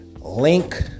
Link